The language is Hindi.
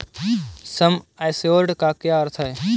सम एश्योर्ड का क्या अर्थ है?